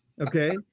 Okay